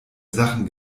sachen